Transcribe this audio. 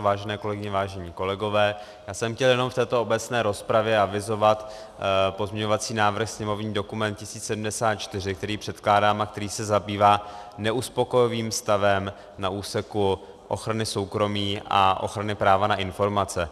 Vážené kolegyně, vážení kolegové, já jsem chtěl v této obecné rozpravě jenom avizovat pozměňovací návrh, sněmovní dokument 1074, který předkládám a který se zabývá neuspokojivým stavem na úseku ochrany soukromí a ochrany práva na informace.